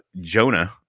Jonah